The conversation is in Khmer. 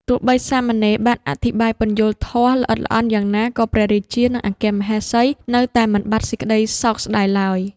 ទោះបីសាមណេរ បានអធិប្បាយពន្យល់ធម៌ល្អិតល្អន់យ៉ាងណាក៏ព្រះរាជា និងអគ្គមហេសី នៅតែមិនបាត់សេចក្ដីសោកស្ដាយឡើយ ។